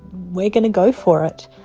we're going to go for it.